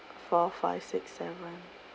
four five six seven